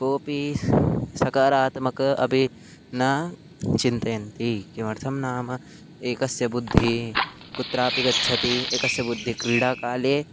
कोपि सकारात्मकः अपि न चिन्तयन्ति किमर्थं नाम एकस्य बुद्धिः कुत्रापि गच्छति एकस्य बुद्धिः क्रीडाकाले